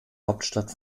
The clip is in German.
hauptstadt